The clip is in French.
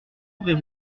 ouvrez